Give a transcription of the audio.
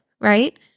right